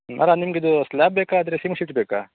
ಅಲ್ಲ ನಿಮಗಿದು ಸ್ಲ್ಯಾಬ್ ಬೇಕಾದರೆ ಜಿಂಕ್ ಶೀಟ್ ಬೇಕಾ